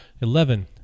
Eleven